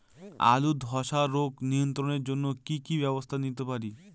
আলুর ধ্বসা রোগ নিয়ন্ত্রণের জন্য কি কি ব্যবস্থা নিতে পারি?